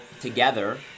together